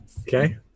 okay